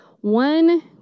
One